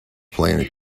planet